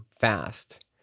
fast